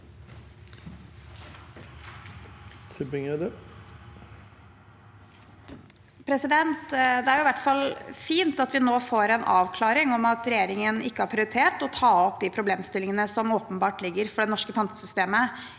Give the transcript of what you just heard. Det er i hvert fall fint at vi nå får en avklaring på at regjeringen ikke har prioritert å ta opp de problemstillingene som åpenbart ligger der for det norske pantesystemet